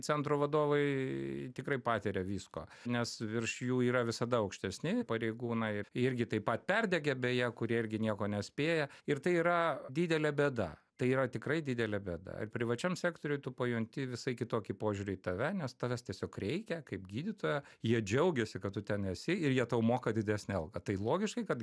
centro vadovai tikrai patiria visko nes virš jų yra visada aukštesni pareigūnai irgi taip pat perdegę beje kurie irgi nieko nespėja ir tai yra didelė bėda tai yra tikrai didelė bėda ir privačiam sektoriuj tu pajunti visai kitokį požiūrį į tave nes tavęs tiesiog reikia kaip gydytojo jie džiaugiasi kad tu ten esi ir jie tau moka didesnę algą tai logiškai kad